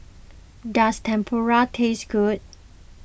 does Tempura taste good